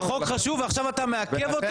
החוק חשוב, עכשיו אתה מעכב אותו -- חשוב, חשוב.